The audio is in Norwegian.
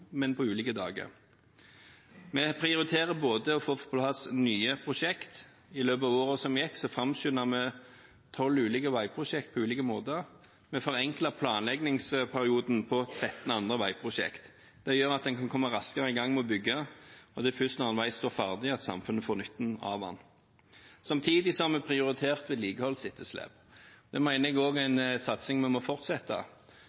men på ulike dager. Vi prioriterer å få på plass nye prosjekter. I løpet av året som gikk, framskyndet vi 12 ulike veiprosjekter på ulike måter. Vi forenklet planleggingsperioden på 13 andre veiprosjekter. Det gjør at en kan komme raskere i gang med å bygge, og det er først når en vei står ferdig at samfunnet har nytte av den. Samtidig har vi prioritert vedlikeholdsetterslepet. Det mener jeg